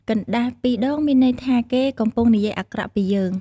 កណ្ដាស់ពីរដងមានន័យថា គេកំពុងនិយាយអាក្រក់ពីយើង។